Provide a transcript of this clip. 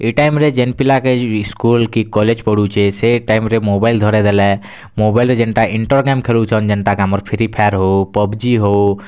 ଇ time ରେ ଯେନ୍ ପିଲାକେ ସ୍କୁଲ୍ କି କଲେଜ୍ ପଢୁଛେ ସେ ଟାଇମ୍ ରେ ମୋବାଇଲ୍ ଧରେଇ ଦେଲେ ମୋବାଇଲ୍ ରେ ଯେନ୍ତା ଇଣ୍ଟର୍ନେଟ୍ ଖେଳୁଛନ୍ ଯେନ୍ତା କି ଆମର୍ ଫ୍ରି ଫାୟାର୍ ହେଉ ପବ୍ଜି ହେଉ